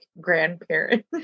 Grandparent